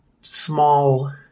small